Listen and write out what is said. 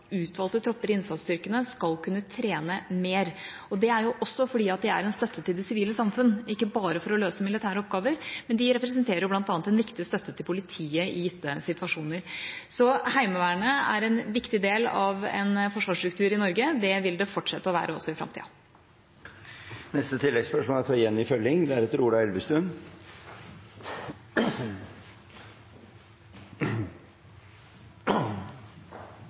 utvalgte tropper i innsatsstyrkene skal kunne trene mer. Det er også fordi de er en støtte til det sivile samfunn, ikke bare for å løse militære oppgaver. De representerer bl.a. en viktig støtte til politiet i gitte situasjoner. Så Heimevernet er en viktig del av en forsvarsstruktur i Norge. Det vil det fortsette å være også i framtida.